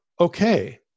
okay